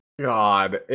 god